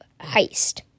Heist